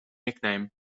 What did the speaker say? nickname